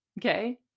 Okay